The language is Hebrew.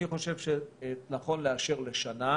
אני חושב שנכון לאשר לשנה.